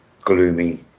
gloomy